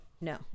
No